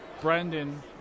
Brendan